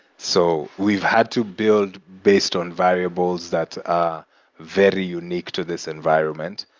so we've had to build based on variables that are very unique to this environment.